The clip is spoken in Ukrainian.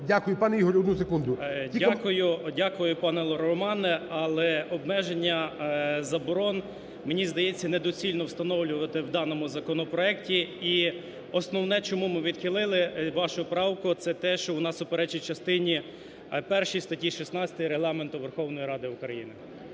Дякую. Пане Ігоре, одну секунду… 10:49:43 ВАСЮНИК І.В. Дякую, пане Романе. Але обмеження заборон, мені здається, недоцільно встановлювати у даному законопроекті, і основне, чому ми відхилили вашу правку, це те, що вона суперечить частині першій статті 16 Регламенту Верховної Ради України.